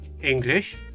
English